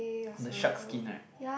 on the shark skin right